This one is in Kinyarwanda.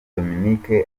dominic